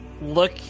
look